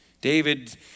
David